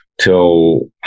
till